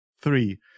three